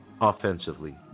offensively